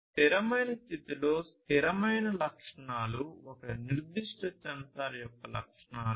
స్థిరమైన స్థితిలో స్థిరమైన లక్షణాలు ఒక నిర్దిష్ట సెన్సార్ యొక్క లక్షణాలు